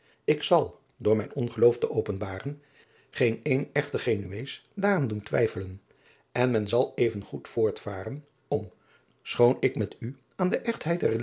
ik zal door mijn ongeloos te openbaren geen een echten genuees daaraan doen twijselen en men zal even goed voortvaren om schoon ik met u aan de echtheid